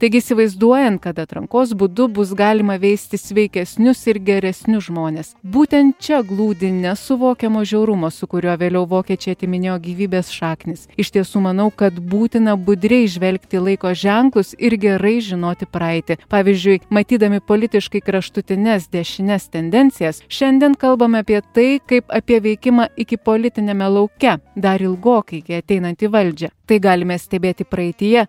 taigi įsivaizduojant kad atrankos būdu bus galima veisti sveikesnius ir geresnius žmones būtent čia glūdi nesuvokiamo žiaurumo su kuriuo vėliau vokiečiai atiminėjo gyvybės šaknys iš tiesų manau kad būtina budriai įžvelgti laiko ženklus ir gerai žinoti praeitį pavyzdžiui matydami politiškai kraštutines dešines tendencijas šiandien kalbame apie tai kaip apie veikimą ikipolitiniame lauke dar ilgokai iki ateinant į valdžią tai galime stebėti praeityje